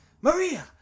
Maria